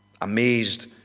Amazed